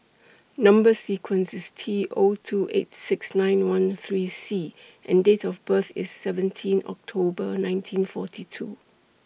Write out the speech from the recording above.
Number sequence IS T O two eight six nine one three C and Date of birth IS seventeen October nineteen forty two